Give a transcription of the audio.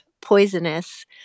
poisonous